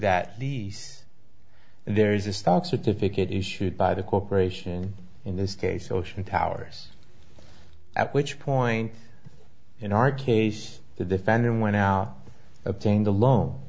that these there is a stock certificate issued by the corporation in this case ocean towers at which point in our case the defendant went out obtain